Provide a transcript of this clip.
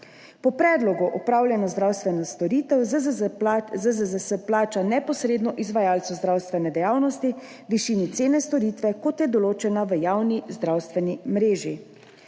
Po predlogu opravljeno zdravstveno storitev ZZZS plača neposredno izvajalcu zdravstvene dejavnosti, v višini cene storitve, kot je določena v javni zdravstveni mreži.